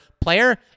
player